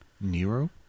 Nero